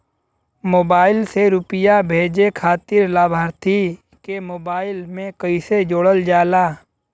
Mobile से रूपया भेजे खातिर लाभार्थी के मोबाइल मे कईसे जोड़ल जाला?